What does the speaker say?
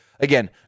Again